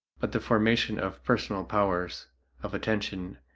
but the formation of personal powers of attention,